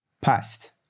Past